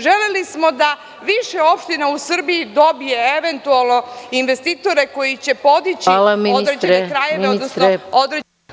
Želeli smo da više opština u Srbiji dobije eventualno investitore koji će podići određene gradove i područja.